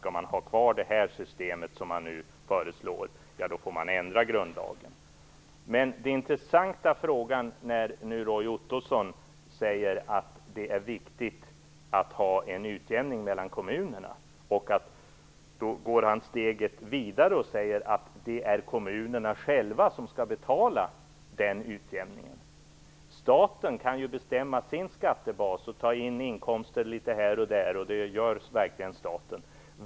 Skall man ha kvar det system som man nu föreslår får man ändra grundlagen. Roy Ottosson säger nu att det är viktigt att ha en utjämning mellan kommunerna. Sedan går han steget vidare och säger att det är kommunerna själva som skall betala den utjämningen. Staten kan ju bestämma sin skattebas och ta in inkomster litet här och där, och det gör verkligen staten.